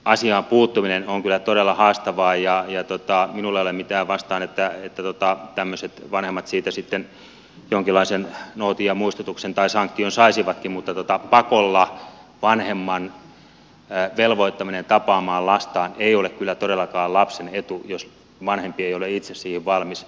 asiaan puuttuminen on kyllä todella haastavaa ja minulla ei ole mitään sitä vastaan että tämmöiset vanhemmat siitä sitten jonkinlaisen nootin ja muistutuksen tai sanktion saisivatkin mutta pakolla vanhemman velvoittaminen tapaamaan lastaan ei ole kyllä todellakaan lapsen etu jos vanhempi ei ole itse siihen valmis